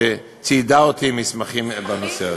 שציידה אותי במסמכים בנושא הזה.